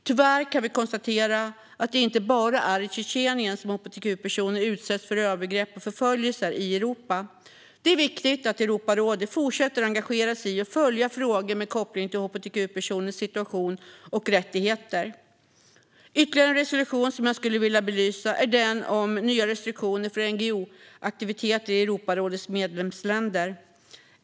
Tyvärr kan vi konstatera att Tjetjenien inte är det enda land i Europa där hbtq-personer utsätts för övergrepp och förföljelser. Det är viktigt att Europarådet fortsätter engagera sig i och följa frågor med koppling till hbtq-personers situation och rättigheter. Ytterligare en resolution som jag vill belysa är den om nya restriktioner för NGO-aktiviteter i Europarådets medlemsländer.